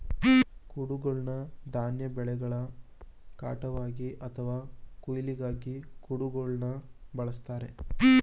ಕುಡುಗ್ಲನ್ನ ಧಾನ್ಯ ಬೆಳೆಗಳ ಕಟಾವ್ಗಾಗಿ ಅಥವಾ ಕೊಯ್ಲಿಗಾಗಿ ಕುಡುಗೋಲನ್ನ ಬಳುಸ್ತಾರೆ